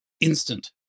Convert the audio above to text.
instant